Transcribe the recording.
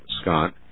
Scott